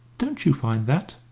don't you find that?